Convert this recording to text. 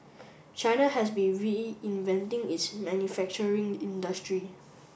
China has been reinventing its manufacturing industry